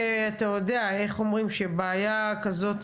בעיקרון,